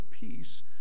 peace